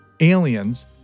Aliens